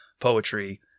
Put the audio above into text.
poetry